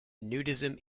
nudism